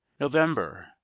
november